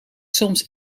soms